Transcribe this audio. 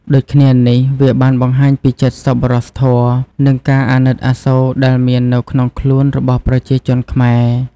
ដូចគ្នានេះ វាបានបង្ហាញពីចិត្តសប្បុរសធម៌ និងការអាណិតអាសូរដែលមាននៅក្នុងខ្លួនរបស់ប្រជាជនខ្មែរ។